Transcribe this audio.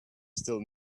still